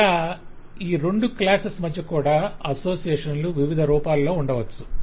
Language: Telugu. ఇలా రెండు క్లాసెస్ మధ్య కూడా అసోసియేషన్లు వివిధ రూపాల్లో ఉండవచ్చు